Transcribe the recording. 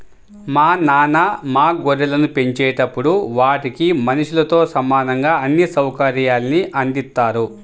మా నాన్న మా గొర్రెలను పెంచేటప్పుడు వాటికి మనుషులతో సమానంగా అన్ని సౌకర్యాల్ని అందిత్తారు